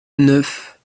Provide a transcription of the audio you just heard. neuf